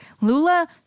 lula